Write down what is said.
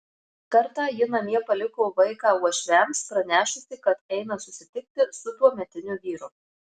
kartą ji namie paliko vaiką uošviams pranešusi kad eina susitikti su tuometiniu vyru